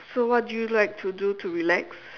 so what do you like to do to relax